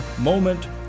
moment